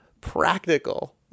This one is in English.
practical